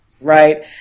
Right